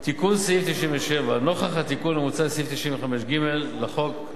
תיקון סעיף 97: נוכח התיקון המוצע לסעיף 95(ג) לחוק,